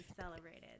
celebrated